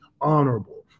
honorable